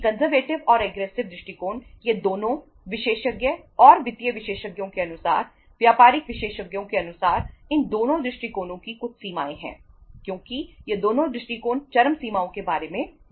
conservative दृष्टिकोण ये दोनों विशेषज्ञ और वित्तीय विशेषज्ञों के अनुसार व्यापारिक विशेषज्ञों के अनुसार इन दोनों दृष्टिकोणों की कुछ सीमाएं हैं क्योंकि ये दोनों दृष्टिकोण चरम सीमाओं के बारे में बात करते हैं